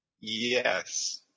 Yes